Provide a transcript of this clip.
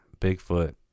Bigfoot